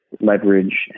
leverage